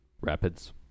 rapids